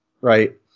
right